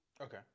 okay